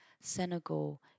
Senegal